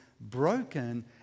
broken